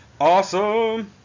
Awesome